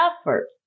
effort